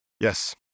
Yes